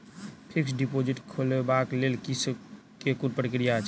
Fixed deposit खोलबाक लेल केँ कुन प्रक्रिया अछि?